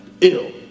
ill